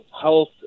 health